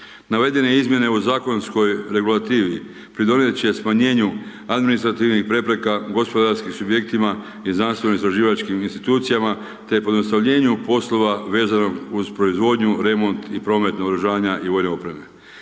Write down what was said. Navedene izmjene u zakonskoj regulativi, pridodati će smanjenju administrativnih prepreka, u gospodarskim subjektima i znanstveno istraživačkih insinuacijama te pojednostavljenju poslova vezano uz proizvodnju remont i promet naoružanja i vojne opreme.